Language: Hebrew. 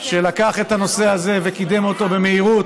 שלקח את הנושא הזה וקידם אותו במהירות